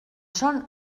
són